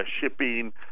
shipping